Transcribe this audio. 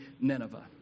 Nineveh